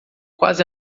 quase